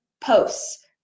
posts